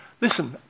Listen